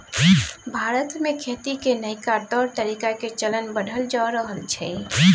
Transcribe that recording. भारत में खेती के नइका तौर तरीका के चलन बढ़ल जा रहल छइ